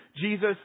Jesus